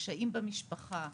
קשיים במשפחה,